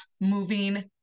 moving